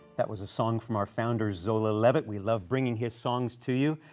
that was a song from our founder, zola levitt. we love bringing his songs to you.